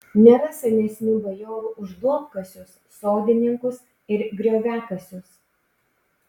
nėra senesnių bajorų už duobkasius sodininkus ir grioviakasius